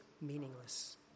meaningless